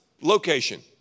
location